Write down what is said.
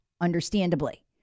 understandably